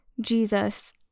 Jesus